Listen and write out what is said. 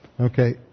Okay